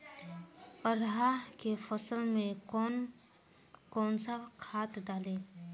अरहा के फसल में कौन कौनसा खाद डाली?